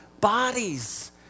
bodies